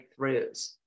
breakthroughs